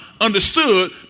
understood